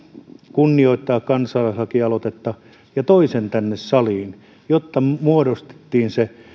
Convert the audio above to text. kunnioittaa kansalaislakialoitetta ja toi sen tänne saliin jotta muodostettiin se